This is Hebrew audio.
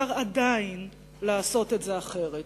ושאפשר עדיין לעשות את זה אחרת.